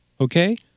okay